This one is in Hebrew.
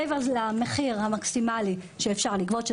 מעבר למחיר המקסימלי שאפשר לגבות,